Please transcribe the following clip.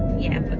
yeah, but,